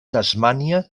tasmània